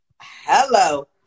hello